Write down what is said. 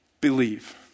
believe